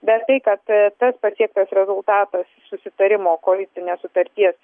bet tai kad tas pasiektas rezultatas susitarimo koalicinės sutarties